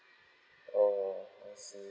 oh I see